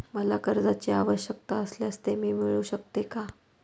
मला कर्जांची आवश्यकता असल्यास ते मिळू शकते का?